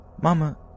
Mama